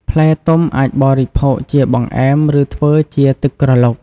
ផ្លែទុំអាចបរិភោគជាបង្អែម ឬធ្វើជាទឹកក្រឡុក។